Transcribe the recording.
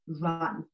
run